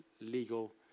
legal